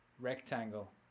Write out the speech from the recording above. rectangle